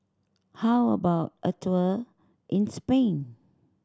how about a tour in Spain